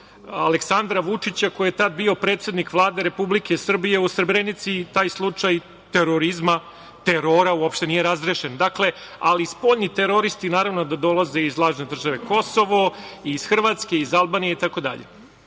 Aleksandra Vučića koji je tad bio predsednik Vlade Republike Srbije u Srebrenici. Taj slučaj terorizma, terora uopšte nije razrešen, dakle. Ali, spoljni teroristi naravno da dolaze i iz lažne države Kosovo i iz Hrvatske i iz Albanije, itd.